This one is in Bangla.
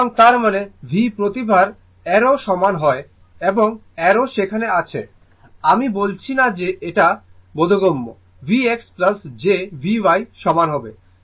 সুতরাং তার মানে ভি প্রতিবার অ্যারোর সমান হয় এবং অ্যারো সেখানে আছে আমি বলছি না যে এটা বোধগম্য v x j Vy সমান হবে